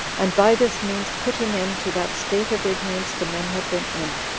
and by this means put an end to that state of ignorance the men had been in.